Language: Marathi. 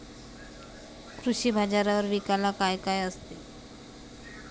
कृषी बाजारावर विकायला काय काय असते?